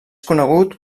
conegut